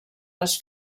les